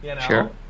Sure